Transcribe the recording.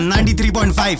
93.5